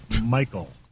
Michael